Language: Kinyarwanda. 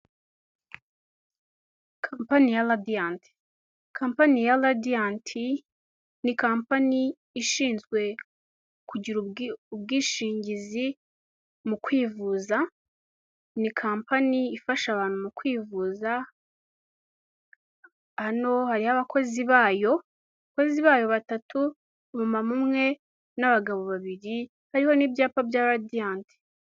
Kampani ya Radiyanti, kampani ya Radiyanti ni kampani ishinzwe kugira ubwishingizi mu kwivuza, ni kampani ifasha abantu mu kwivuza, hano hariho abakozi bayo, abakozi bayo batatu, umumama umwe n'abagabo babiri hariho n'ibyapa bya Radiyanti.